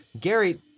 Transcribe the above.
Gary